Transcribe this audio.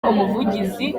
umuvugizi